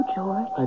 George